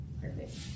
Perfect